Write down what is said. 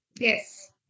Yes